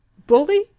bully?